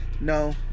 No